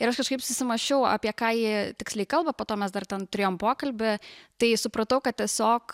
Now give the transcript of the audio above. ir aš kažkaip susimąsčiau apie ką ji tiksliai kalba po to mes dar ten turėjom pokalbį tai supratau kad tiesiog